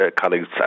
colleagues